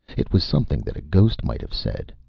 it was something that a ghost might have said.